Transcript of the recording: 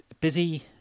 busy